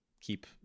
keep